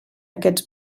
aquests